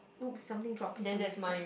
!oops! something dropped please help me pick up